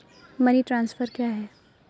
Money transfer क्या है?